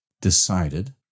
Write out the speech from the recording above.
decided